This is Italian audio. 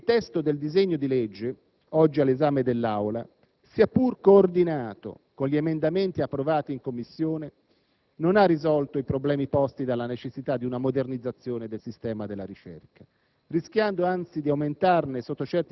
La verità è che il testo del disegno di legge oggi all'esame dell'Aula, sia pur coordinato con gli emendamenti approvati in Commissione, non ha risolto i problemi posti dalla necessità di una modernizzazione del sistema della ricerca,